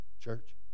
Church